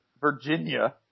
Virginia